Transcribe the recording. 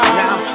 now